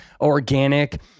organic